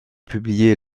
publié